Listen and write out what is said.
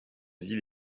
ville